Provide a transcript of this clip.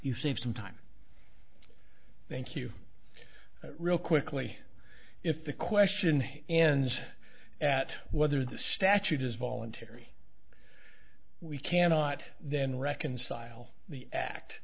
you save some time thank you real quickly if the question and at whether the statute is voluntary we cannot then reconcile the act